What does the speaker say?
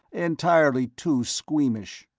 entirely too squeamish!